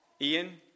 Ian